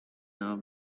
not